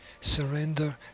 Surrender